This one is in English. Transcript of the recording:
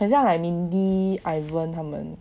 很像 like mindy ivan 他们